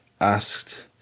asked